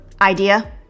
idea